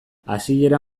hasiera